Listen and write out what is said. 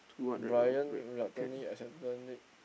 Bryan reluctantly accepted it